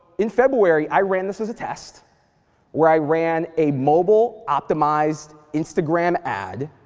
in february, i ran this as a test where i ran a mobile optimized instagram ad.